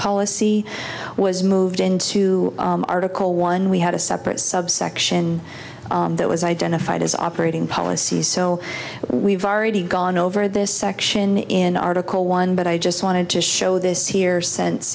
policy was moved into article one we had a separate subsection that was identified as operating policy so we've already gone over this section in article one but i just wanted to show this here s